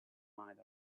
might